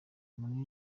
muri